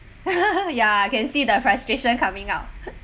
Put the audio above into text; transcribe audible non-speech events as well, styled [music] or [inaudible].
[laughs] ya I can see the frustration coming out